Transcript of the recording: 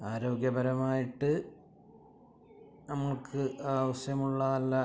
ആരോഗ്യപരമായിട്ട് നമുക്ക് ആവശ്യമുള്ള നല്ല